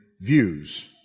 views